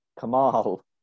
Kamal